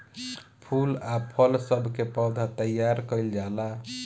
फूल आ फल सब के पौधा तैयार कइल जाला